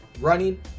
Running